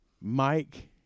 Mike